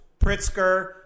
Pritzker